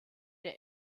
der